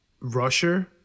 rusher